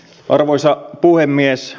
arvoisa puhemies